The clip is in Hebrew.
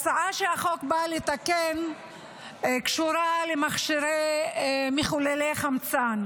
הצעת החוק באה לתקן וקשורה למכשירים מחוללי חמצן,